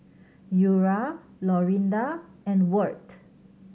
Eura Lorinda and Wirt